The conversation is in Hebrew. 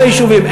כל היישובים.